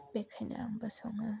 बेखायनो आंबो सङो